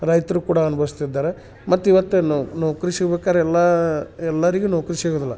ರೈತರು ಕೂಡ ಅನುಭವಿಸ್ತಿದ್ದಾರೆ ಮತ್ತೆ ಇವತ್ತು ನಾವು ನಾವು ಕೃಷಿ ಹೋಗ್ಬೇಕಾರೆ ಎಲ್ಲ ಎಲ್ಲರಿಗು ನೌಕರಿ ಸಿಗೋದಿಲ್ಲ